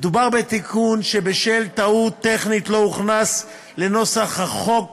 בתיקון שבשל טעות לא הוכנס לנוסח החוק